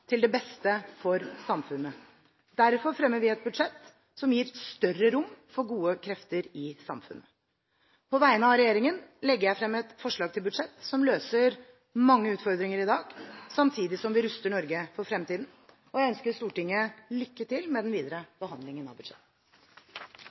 til det beste for samfunnet. Derfor fremmer vi et budsjett som gir større rom for gode krefter i samfunnet. På vegne av regjeringen legger jeg frem et forslag til budsjett som løser mange utfordringer i dag, samtidig som vi ruster Norge for fremtiden. Jeg ønsker Stortinget lykke til med den videre